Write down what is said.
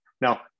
Now